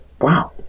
Wow